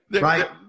Right